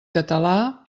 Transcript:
català